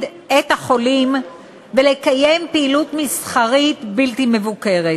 את החולים ולקיים פעילות מסחרית בלתי מבוקרת.